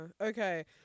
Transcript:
Okay